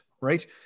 right